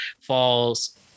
falls